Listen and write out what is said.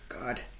God